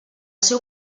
seu